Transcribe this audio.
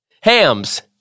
Hams